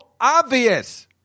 obvious